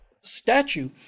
statue